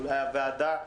אולי הוועדה,